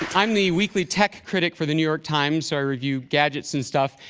i'm the weekly tech critic for the new york times. i review gadgets and stuff.